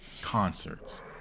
concerts